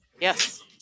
Yes